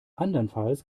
andernfalls